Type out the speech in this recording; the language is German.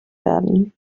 werden